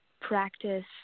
practice